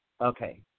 Okay